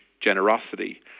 generosity